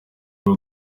rwo